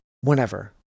whenever